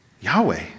Yahweh